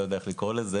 לא יודע איך לקרוא לזה,